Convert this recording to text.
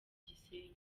gisenyi